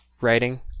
writing